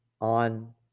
on